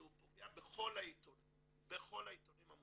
שהוא פוגע בכל העיתונים המודפסים